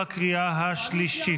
בקריאה השלישית.